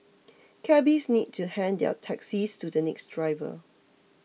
Cabbies need to hand their taxis to the next driver